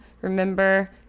Remember